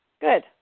Good